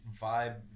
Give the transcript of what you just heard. vibe